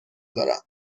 دارم